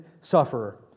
sufferer